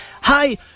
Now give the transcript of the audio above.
Hi